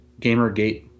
Gamergate